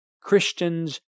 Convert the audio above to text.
Christians